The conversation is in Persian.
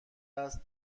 است